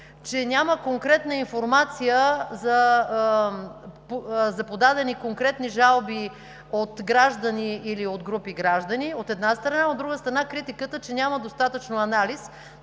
че няма конкретна информация за подадени конкретни жалби от граждани или от групи граждани, от една страна, от друга страна критиката, че няма достатъчно анализ.